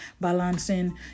balancing